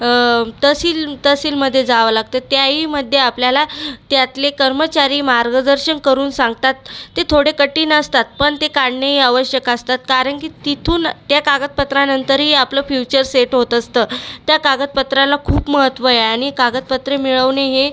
तहसील तहसीलमध्ये जावं लागते त्याहीमध्ये आपल्याला त्यातले कर्मचारी मार्गदर्शन करून सांगतात ते थोडे कठीण असतात पण ते काढणेही आवश्यक असतात कारण की तिथून त्या कागदपत्रानंतरही आपलं फ्यूचर सेट होत असतं त्या कागदपत्राला खूप महत्त्व आहे आणि कागदपत्रे मिळवणे हे